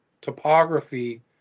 topography